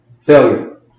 failure